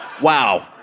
Wow